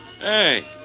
Hey